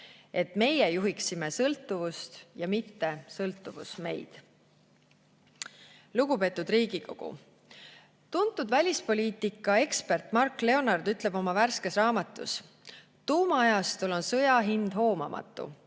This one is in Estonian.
et meie juhiksime sõltuvust ja mitte sõltuvus meid. Lugupeetud Riigikogu! Tuntud välispoliitikaekspert Mark Leonard ütleb oma värskes raamatus: "Tuumaajastul on sõja hind hoomamatu.